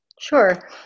Sure